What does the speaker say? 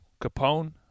Capone